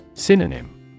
Synonym